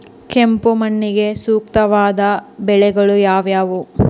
ಕೆಂಪು ಮಣ್ಣಿಗೆ ಸೂಕ್ತವಾದ ಬೆಳೆಗಳು ಯಾವುವು?